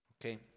okay